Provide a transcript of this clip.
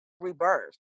Rebirth